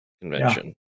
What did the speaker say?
convention